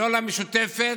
המשותפת,